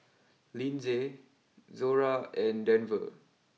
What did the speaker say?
Lindsey Zora and Denver